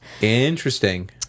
interesting